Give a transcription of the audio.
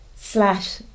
slash